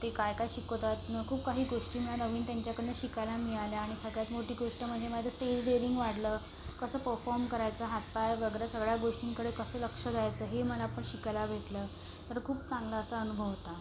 ते काय काय शिकवतात ना खूप काही गोष्टी मला नवीन त्यांच्याकडनं शिकायला मिळाल्या आणि सगळ्यात मोठी गोष्ट म्हणजे माझं स्टेज डेअरिंग वाढलं कसं पफॉम करायचं हात पाय वगैरे सगळ्या गोष्टींकडे कसं लक्ष द्यायचं हे मला पण शिकायला भेटलं मला खूप चांगला असा अनुभव होता